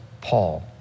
Paul